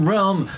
Realm